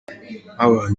nk’abantu